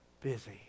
busy